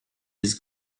his